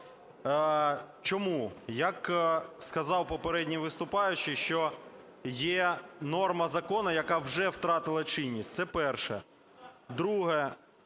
Чому? Як сказав попередній виступаючий, що є норма закону, яка вже втратила чинність. Це перше. Друге.